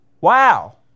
Wow